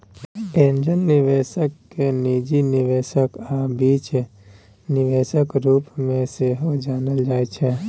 angel निबेशक केँ निजी निबेशक आ बीज निबेशक रुप मे सेहो जानल जाइ छै